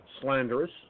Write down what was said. slanderous